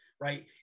right